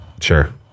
Sure